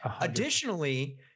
Additionally